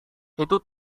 itu